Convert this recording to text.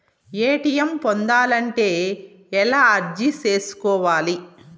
ATM పొందాలంటే ఎలా అర్జీ సేసుకోవాలి?